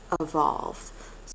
evolve